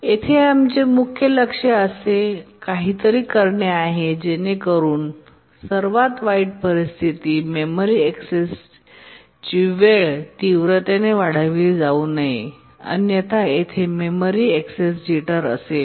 येथे आमचे मुख्य लक्ष असे काहीतरी करणे आहे जेणेकरून सर्वात वाईट परिस्थिती मेमरी ऍक्सेसची वेळ तीव्रतेने वाढविली जाऊ नये अन्यथा तेथे मेमरी ऍक्सेस जिटर असेल